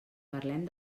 parlem